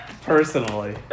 personally